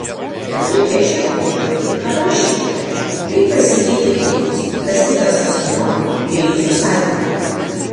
atlikę šią užduotį aprašykite kaip pasikeitėte jūs tas kitas asmuo bei jūsų santykiai